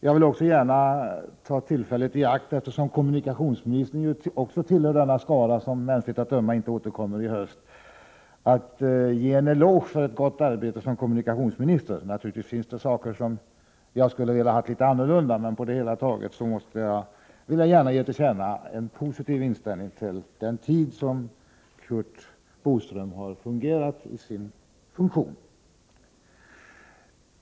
Jag vill också gärna ta tillfället i akt att ge kommunikationsministern en eloge för ett gott arbete, eftersom han tillhör den skara som inte återkommer till riksdagen i höst. Naturligtvis finns det saker som jag skulle velat ha litet annorlunda, men på det hela taget har jag haft en positiv inställning till kommunikationsministern under den tid som han haft denna funktion.